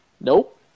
Nope